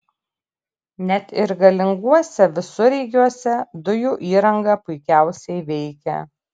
net ir galinguose visureigiuose dujų įranga puikiausiai veikia